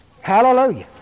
Hallelujah